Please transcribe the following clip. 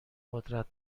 قدرت